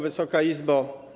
Wysoka Izbo!